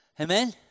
Amen